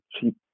cheap